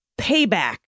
payback